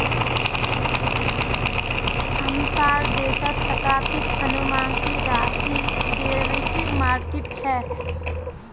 हमसार देशत कतते अनुमानित राशिर डेरिवेटिव मार्केट छ